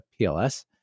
pls